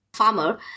farmer